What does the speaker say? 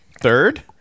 Third